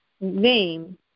name